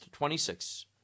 26